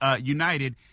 United